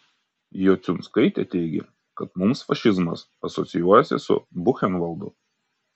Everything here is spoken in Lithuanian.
jociunskaitė teigė kad mums fašizmas asocijuojasi su buchenvaldu